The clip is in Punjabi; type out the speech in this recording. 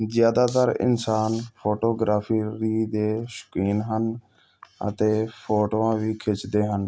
ਜ਼ਿਆਦਾਤਰ ਇਨਸਾਨ ਫੋਟੋਗ੍ਰਾਫੀ ਵੀ ਦੇ ਸ਼ੌਕੀਨ ਹਨ ਅਤੇ ਫੋਟੋਆਂ ਵੀ ਖਿੱਚਦੇ ਹਨ